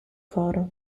coro